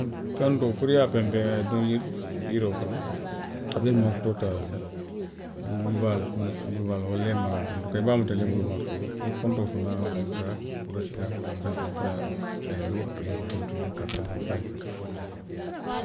Powentoo puru ye a penpeŋ a ye duŋ yi, yiroo kono. i be maaritoo taa la le, niŋ i bulu baa loŋ, i bulu baa, walla maraa antukaa i be a muta la le, maaritoo, i ye powentoo fanaŋ muta, puru i ye, ka a penpeŋ, puru a ye muta, a ye loo, aperee i ye kontinuyee ka a penpeŋ fo a ye futa.